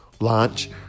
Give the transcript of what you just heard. launch